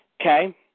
Okay